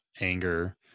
anger